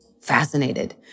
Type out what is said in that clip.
Fascinated